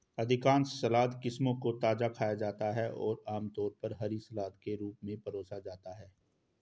अधिकांश सलाद किस्मों को ताजा खाया जाता है और आमतौर पर हरी सलाद के रूप में परोसा जाता है